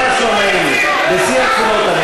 ממש לא נעים לי, בשיא הרצינות אני